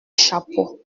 chapeau